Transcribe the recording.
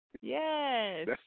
Yes